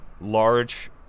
large